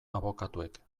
abokatuek